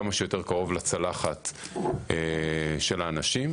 כמה שיותר קרוב לצלחת של האנשים,